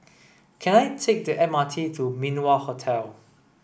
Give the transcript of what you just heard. can I take the M R T to Min Wah Hotel